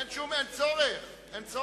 אין צורך.